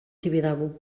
tibidabo